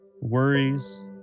worries